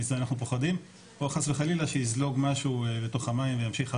מזה אנחנו פוחדים או חס וחלילה שיזלוג משהו לתוך המים וימשיך הלאה.